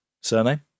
Surname